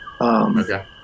Okay